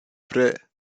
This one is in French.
frère